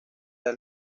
del